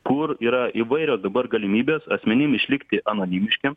kur yra įvairios dabar galimybės asmenim išlikti anonimiškiems